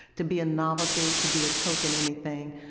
to be a novelty, to be a token anything,